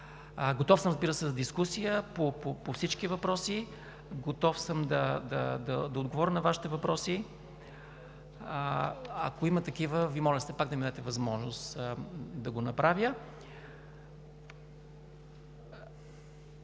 Готов съм, разбира се, за дискусия по всички въпроси, готов съм да отговоря на Вашите въпроси. Ако има такива, Ви моля все пак да ми дадете възможност да го направя.